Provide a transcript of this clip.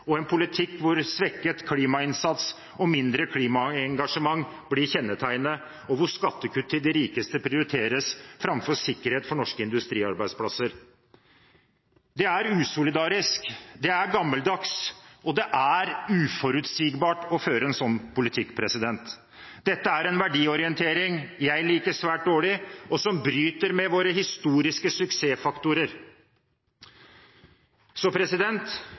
en politikk hvor svekket klimainnsats og mindre klimaengasjement blir kjennetegnet, og hvor skattekutt til de rikeste prioriteres framfor sikkerhet for norske industriarbeidsplasser. Det er usolidarisk, det er gammeldags, og det er uforutsigbart å føre en sånn politikk. Dette er en verdiorientering jeg liker svært dårlig, og som bryter med våre historiske suksessfaktorer.